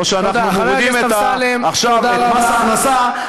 או שאנחנו מורידים עכשיו מס הכנסה,